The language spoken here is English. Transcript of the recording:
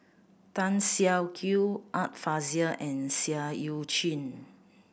Tan Siak Kew Art Fazil and Seah Eu Chin